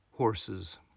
Horses